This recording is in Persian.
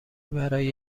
برای